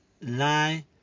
lie